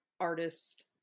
artist